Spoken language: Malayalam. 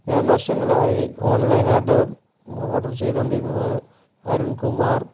ഞാൻ വർഷങ്ങളായി ഓൺ ലൈൻ ആയിട്ട് ഓർഡർ ചെയ്തുകൊണ്ടിരുന്നത് അരുൺകുമാർ